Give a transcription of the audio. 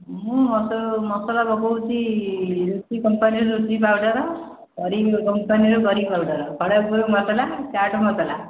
ମୁଁ ମସଲା ପକାଉଛି ରୁଚି କମ୍ପାନୀର ରୁଚି ପାଉଡ଼ର କରି କମ୍ପାନୀର କରି ପାଉଡ଼ର ଖଡ଼ଗପୁର ମସଲା ଚାଟ୍ ମସଲା